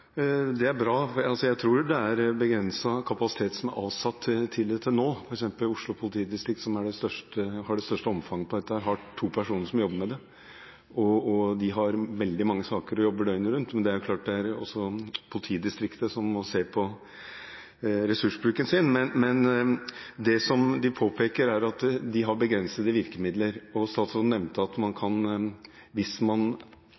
Det er bra. Jeg tror det er begrenset kapasitet som er avsatt til det til nå, f.eks. har Oslo politidistrikt, som har det største omfanget av dette, to personer som jobber med det, og de har veldig mange saker og jobber døgnet rundt. Men det er klart at også politidistriktet må se på ressursbruken sin. Det som de påpeker, er at de har begrensede virkemidler. Statsråden nevnte at hvis man har en person som er alvorlig trusselutsatt, og man